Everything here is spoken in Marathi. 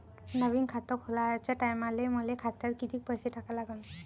नवीन खात खोलाच्या टायमाले मले खात्यात कितीक पैसे टाका लागन?